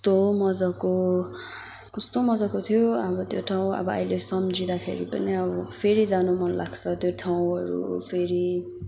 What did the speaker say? यस्तो मजाको कस्तो मजाको थियो अब त्यो ठाउँ अब अहिले सम्झिँदाखेरि पनि अब फेरि जानु मनलाग्छ त्यो ठाउँहरू फेरि